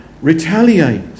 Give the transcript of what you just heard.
Retaliate